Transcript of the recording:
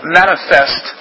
manifest